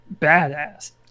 badass